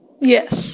Yes